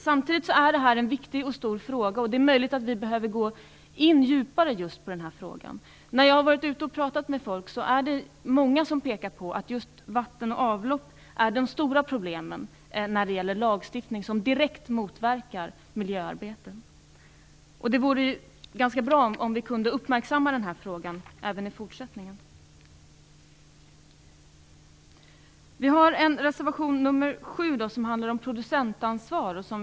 Samtidigt är detta en viktig och stor fråga, och det är möjligt att vi behöver gå in djupare just i denna fråga. När jag har varit ute och talat med folk har många pekat på att just vatten och avlopp utgör de stora problemen när det gäller lagstiftning som direkt motverkar miljöarbetet. Det vore ganska bra om vi kunde uppmärksamma denna fråga även i fortsättningen. Reservation 7 handlar om producentansvar.